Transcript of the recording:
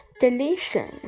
delicious